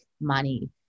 money